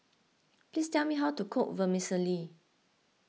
please tell me how to cook Vermicelli